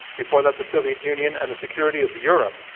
before that, the soviet union, and the security of europe.